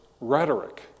rhetoric